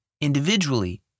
individually